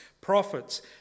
prophets